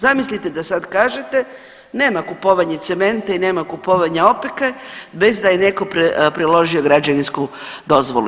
Zamislite da sada kažete nema kupovanja cementa i nema kupovanja opeke bez da je netko priložio građevinsku dozvolu.